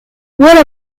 what